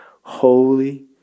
Holy